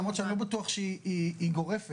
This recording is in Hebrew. למרות שאני לא בטוח שהיא גורפת.